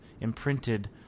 imprinted